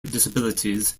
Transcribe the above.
disabilities